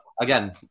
again